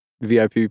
VIP